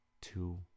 two